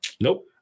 Nope